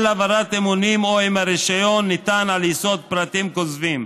הפרת אמונים או אם הרישיון ניתן על יסוד פרטים כוזבים."